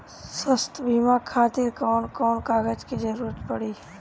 स्वास्थ्य बीमा खातिर कवन कवन कागज के जरुरत पड़ी?